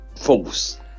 False